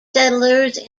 settlers